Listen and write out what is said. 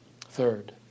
Third